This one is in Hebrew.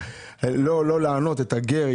לא לענות את הגר,